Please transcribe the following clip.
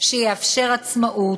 שיאפשר עצמאות,